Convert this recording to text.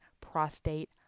prostate